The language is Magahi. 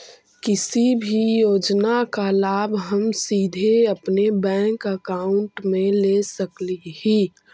किसी भी योजना का लाभ हम सीधे अपने बैंक अकाउंट में ले सकली ही?